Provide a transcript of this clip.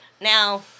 Now